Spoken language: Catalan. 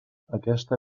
aquesta